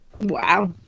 wow